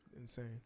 insane